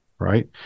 right